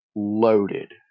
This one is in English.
loaded